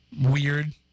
weird